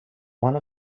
one